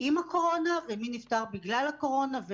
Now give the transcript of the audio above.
עם הקורונה ומי נפטר בגלל הקורונה.